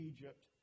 Egypt